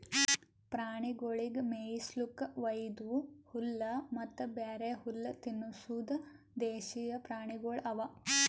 ಪ್ರಾಣಿಗೊಳಿಗ್ ಮೇಯಿಸ್ಲುಕ್ ವೈದು ಹುಲ್ಲ ಮತ್ತ ಬ್ಯಾರೆ ಹುಲ್ಲ ತಿನುಸದ್ ದೇಶೀಯ ಪ್ರಾಣಿಗೊಳ್ ಅವಾ